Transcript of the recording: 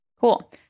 Cool